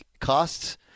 costs